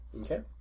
Okay